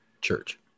church